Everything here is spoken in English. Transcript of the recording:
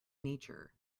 nature